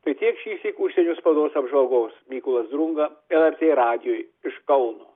tai tiek šįsyk užsienio spaudos apžvalgos mykolas drunga lrt radijui iš kauno